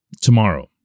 tomorrow